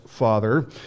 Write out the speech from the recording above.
father